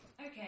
Okay